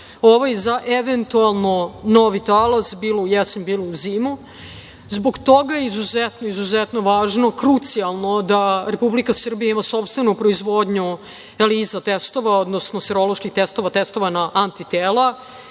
ovaj i za eventualno novi talas, bilo u jesen, bilo u zimu, i zbog toga je izuzetno važno, krucijalno, da Republika Srbija ima sopstvenu proizvodnju ELISA testova, odnosno seroloških testova, testova na antitela